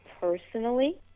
personally